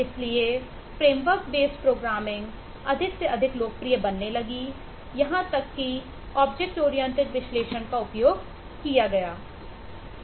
इसलिए framework based programming का उपयोग किया है